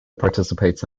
participates